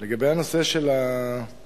לגבי הנושא של המורות,